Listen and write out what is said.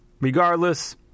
regardless